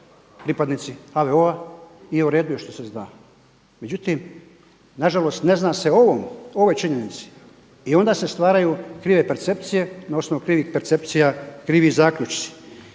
pripadnici HVO-a i u redu je što se zna. Međutim, na žalost ne zna se o ovom, o ovoj činjenici i onda se stvaraju krive percepcije. Na osnovu krivih percepcija krivi zaključci.